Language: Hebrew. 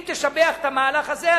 אם תשבח את המהלך הזה,